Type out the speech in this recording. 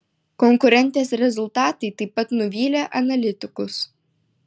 konkurentės rezultatai taip pat nuvylė analitikus